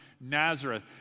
Nazareth